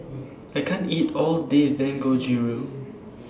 I can't eat All This Dangojiru